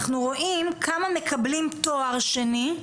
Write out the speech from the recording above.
מקבלים תואר שני.